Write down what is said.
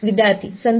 विद्यार्थीः